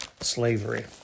slavery